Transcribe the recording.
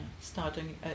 Starting